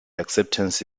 acceptance